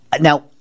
Now